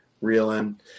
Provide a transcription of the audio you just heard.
reeling